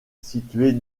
située